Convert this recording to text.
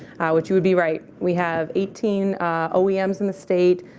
which you would be right. we have eighteen oems in the state.